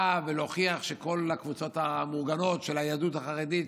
ולהוכיח שכל הקבוצות המאורגנות של היהדות החרדית,